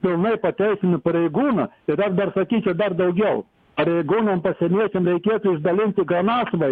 pilnai pateisinu pareigūną ir dar dar sakyčiau dar daugiau pareigūnam pasienietiam reikėtų išdalinti granatsvaidžius